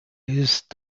ist